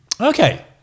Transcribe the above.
Okay